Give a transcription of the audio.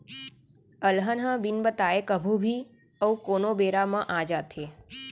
अलहन ह बिन बताए कभू भी अउ कोनों बेरा म आ जाथे